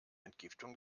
entgiftung